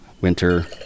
winter